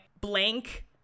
blank